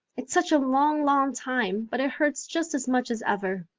it's such a long, long time but it hurts just as much as ever.